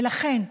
ולכן,